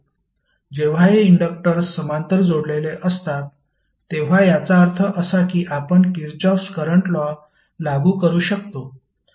जेव्हा हे इंडक्टर्स समांतर जोडलेले असतात तेव्हा याचा अर्थ असा की आपण किरचॉफ करंट लॉ लागू करू शकतो